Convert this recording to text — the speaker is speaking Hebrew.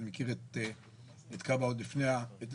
אני מכיר את כב"ה עוד לפני הרפורמה.